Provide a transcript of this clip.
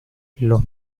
los